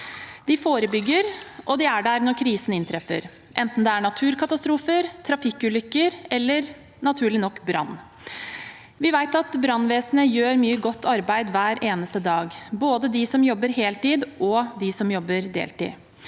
De forebygger, og de er der når krisen inntreffer, enten det er naturkatastrofer, trafikkulykker eller – naturlig nok – brann. Vi vet at brannvesenet gjør mye godt arbeid hver eneste dag, både de som jobber heltid, og de som jobber deltid.